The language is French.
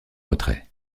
retrait